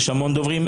אבל יש המון דוברים.